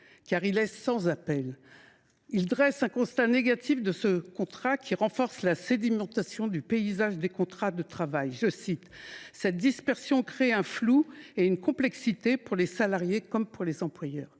car il est sans appel. Il dresse un bilan négatif de ce contrat, qui renforce la sédimentation du paysage des contrats de travail. Citons ce document :« Cette dispersion crée un flou et une complexité pour les salariés comme pour les employeurs.